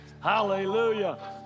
Hallelujah